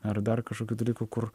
ar dar kažkokių dalykų kur